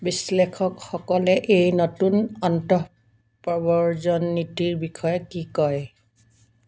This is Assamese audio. বিশ্লেষকসকলে এই নতুন অন্তঃপ্ৰব্ৰজন নীতিৰ বিষয়ে কি কয়